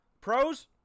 pros